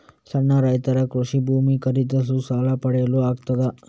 ಸಣ್ಣ ರೈತರು ಕೃಷಿ ಭೂಮಿ ಖರೀದಿಸಲು ಸಾಲ ಪಡೆಯಲು ಆಗ್ತದ?